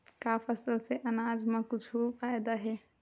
का फसल से आनाज मा कुछु फ़ायदा हे?